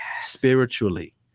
spiritually